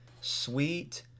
sweet